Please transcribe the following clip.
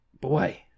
Boy